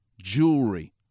jewelry